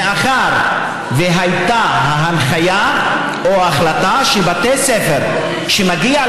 מאחר שהייתה הנחיה או ההחלטה שבתי ספר שמגיעה